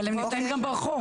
אבל הם נמצאים גם ברחוב.